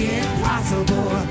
impossible